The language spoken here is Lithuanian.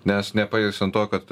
nes nepaisant to kad